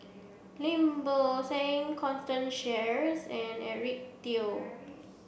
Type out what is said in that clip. Lim Bo Seng Constance Sheares and Eric Teo